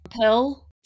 Pill